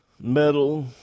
Metal